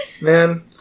Man